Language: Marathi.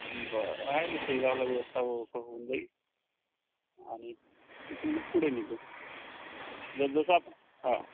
बरं आहे ना शेगावला व्यवस्था होऊ होऊन जाईल आणि तिथून मग पुढे निघू जसजसं आपण हा